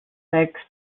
texts